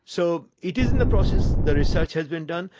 so it is in the process, the research has been done.